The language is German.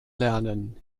lernen